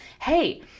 Hey